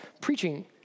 preaching